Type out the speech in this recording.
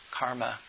karma